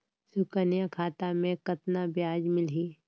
सुकन्या खाता मे कतना ब्याज मिलही?